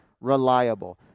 reliable